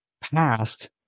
past